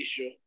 issue